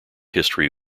history